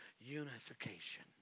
unification